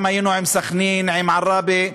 גם היינו עם סח'נין ועם עראבה.